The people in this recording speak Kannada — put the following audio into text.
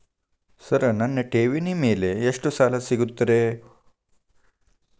ಸರ್ ನನ್ನ ಠೇವಣಿ ಮೇಲೆ ಎಷ್ಟು ಸಾಲ ಸಿಗುತ್ತೆ ರೇ?